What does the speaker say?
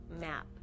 map